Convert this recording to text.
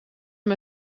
van